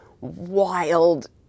wild